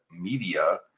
media